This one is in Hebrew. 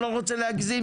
לא רוצה להגזים,